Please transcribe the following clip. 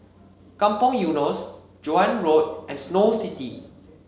Kampong Eunos Joan Road and Snow City